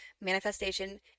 Manifestation